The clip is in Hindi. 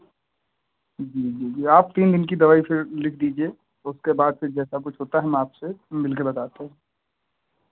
जी जी जी आप तीन दिन की दवाई फिर लिख दीजिए उसके बाद फिर जैसा कुछ होता है हम आपसे मिल के बताते हैं